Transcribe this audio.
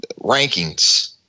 rankings